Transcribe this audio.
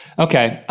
okay,